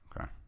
Okay